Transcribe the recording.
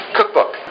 Cookbook